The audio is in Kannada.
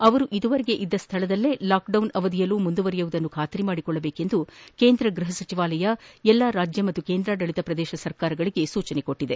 ಅವರು ಇದುವರೆಗೆ ಇದ್ದ ಸ್ಥಳಗಳಲ್ಲೇ ಲಾಕ್ಡೌನ್ ಅವಧಿಯಲ್ಲೂ ಮುಂದುವರೆಯುವುದನ್ನು ಖಾತರಿ ಪಡಿಸಿಕೊಳ್ಳಬೇಕು ಎಂದು ಕೇಂದ್ರ ಗೃಹ ಸಚಿವಾಲಯ ಎಲ್ಲಾ ರಾಜ್ಯ ಮತ್ತು ಕೇಂದ್ರಾಡಳಿತ ಪ್ರದೇಶಗಳಿಗೆ ಸೂಚಿಸಿದೆ